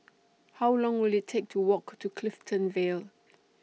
How Long Will IT Take to Walk to Clifton Vale